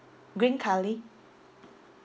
green curry